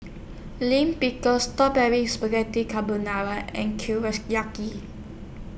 Lime Pickle Spaghetti Carbonara and